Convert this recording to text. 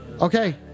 okay